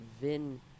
Vin